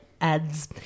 Ads